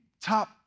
top